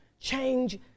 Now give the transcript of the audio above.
change